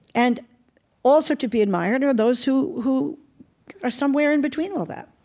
and also to be admired are those who who are somewhere in between all that